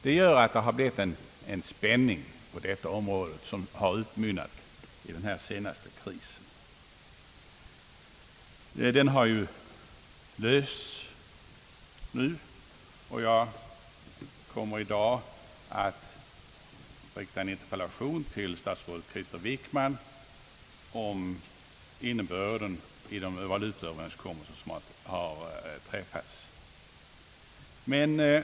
Det gör att det har blivit en allt starkare spänning på detta område, som till sist har utmynnat i den senaste krisen. Den har ju lösts nu, och jag kommer i dag att rikta en interpellation till statsrådet Krister Wickman om innebörden i de valutaöverenskommelser som i slutet av förra veckan träffades här i Stockholm.